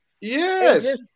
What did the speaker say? Yes